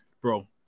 Bro